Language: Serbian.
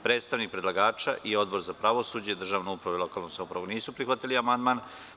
Predstavnik predlagača i Odbor za pravosuđe, državnu upravu i lokalnu samoupravu nisu prihvatili amandman.